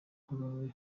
nkuru